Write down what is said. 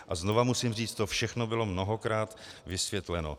A znova musím říct, to všechno bylo mnohokrát vysvětleno.